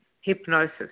hypnosis